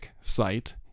site